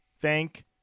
Thank